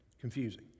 confusing